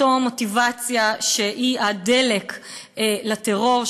אותה מוטיבציה שהיא הדלק לטרור,